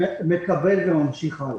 מקבל וממשיך הלאה.